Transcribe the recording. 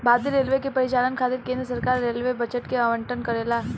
भारतीय रेलवे के परिचालन खातिर केंद्र सरकार रेलवे बजट के आवंटन करेला